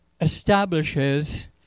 establishes